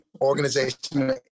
organization